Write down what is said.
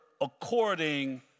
according